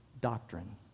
doctrine